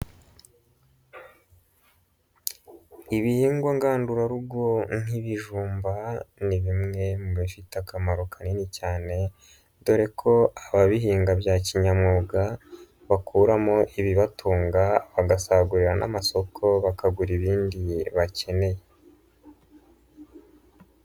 Ibihingwa ngandurarugo nk'ibijumba, ni bimwe mu bifite akamaro kanini cyane, dore ko ababihinga bya kinyamwuga, bakuramo ibibatunga bagasagurira n'amasoko, bakagura ibindi bakeneye.